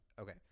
Okay